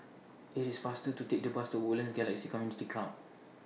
IT IS faster to Take The Bus to Woodlands Galaxy Community Club